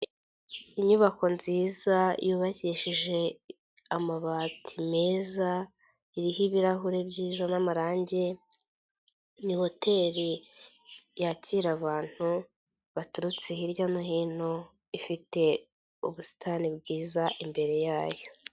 Inyubako nziza yubakishije amabati meza iriho ibirahure byiza n'amarange, ni hoteli yakira abantu baturutse hirya no hino, ifite ubusitani bwiza imbere yayo.